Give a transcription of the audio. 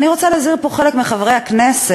אני רוצה להזהיר פה חלק מחברי הכנסת,